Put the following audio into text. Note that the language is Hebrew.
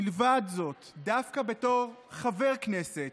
מלבד זאת, דווקא בתור חבר כנסת,